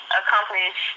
accomplish